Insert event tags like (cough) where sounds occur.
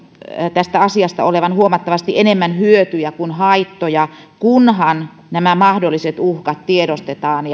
tästä asiasta olevan huomattavasti enemmän hyötyjä kuin haittoja kunhan nämä mahdolliset uhkat tiedostetaan (unintelligible)